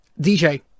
DJ